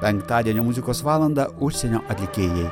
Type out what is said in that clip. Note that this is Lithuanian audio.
penktadienio muzikos valandą užsienio atlikėjai